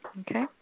Okay